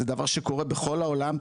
זה דבר שקיים בכל העולם,